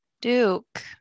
duke